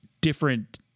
different